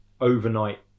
overnight